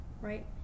right